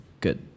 good